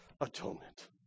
atonement